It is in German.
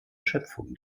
schöpfung